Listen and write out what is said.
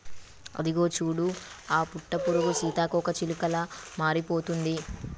అదిగో చూడు ఆ పట్టుపురుగు సీతాకోకచిలుకలా మారిపోతుంది